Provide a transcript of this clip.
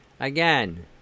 Again